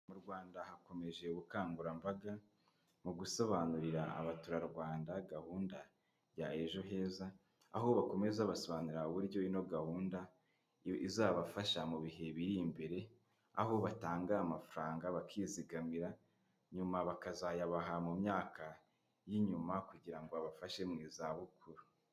Mu rwanda hakomeje ubukangurambaga mu gusobanurira abaturarwanda gahunda ya ejo heza aho bakomeza basobanurira uburyo ino gahunda yo izabafasha mu bihe biri imbere aho batanga amafaranga bakizigamira nyuma bakazayabaha mu myaka y'inyuma kugira ngo abafashe mu zabukuru.